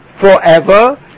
forever